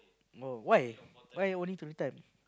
no why why only theatre